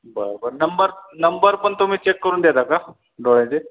बरं बरं नंबर नंबरपण तुम्ही चेक करून देता का डोळ्याचे